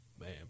Man